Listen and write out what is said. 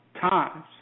times